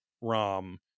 Rom